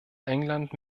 england